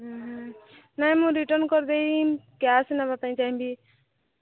ହୁଁ ହୁଁ ନାଇଁ ମୁଁ ରିଟର୍ନ କରିଦେଇ କ୍ୟାଶ୍ ନେବା ପାଇଁ ଚାହିଁବି